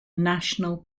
national